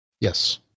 Yes